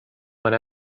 one